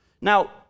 Now